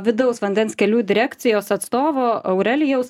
vidaus vandens kelių direkcijos atstovo aurelijaus